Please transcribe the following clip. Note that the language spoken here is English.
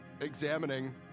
examining